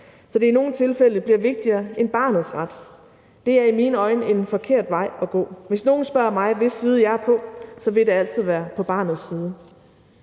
så det i nogle tilfælde bliver vigtigere end barnets ret. Det er i mine øjne en forkert vej at gå. Hvis nogen spørger mig, hvis side jeg er på, vil det altid være barnets.